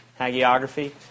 Hagiography